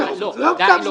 לא הוקצב זמן.